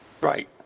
right